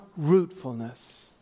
rootfulness